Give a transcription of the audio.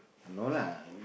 no lah